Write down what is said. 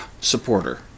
supporter